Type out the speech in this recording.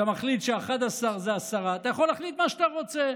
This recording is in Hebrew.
אתה מחליט ש-11 זה 10. אתה יכול להחליט מה שאתה רוצה.